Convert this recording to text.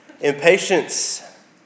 Impatience